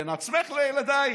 בין עצמך לילדייך.